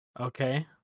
Okay